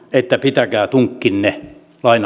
että pitäkää tunkkinne